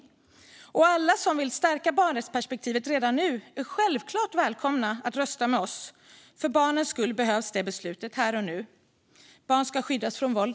Alla som vill stärka barnrättsperspektivet redan nu är självklart välkomna att rösta med oss. För barnens skull behövs det beslutet här och nu. Barn ska skyddas från våld.